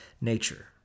nature